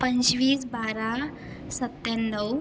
पंचवीस बारा सत्त्याण्णव